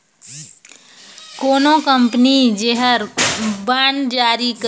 कोनो कंपनी जेहर बांड जारी करिस अहे ओकर बांड ल लेहे में बरोबेर जोखिम बने रहथे